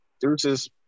Deuces